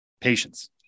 Patience